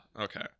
Okay